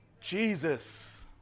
Jesus